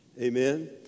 Amen